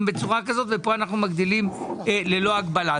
בצורה כזאת ופה אנחנו מגדילים ללא הגבלה.